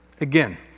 Again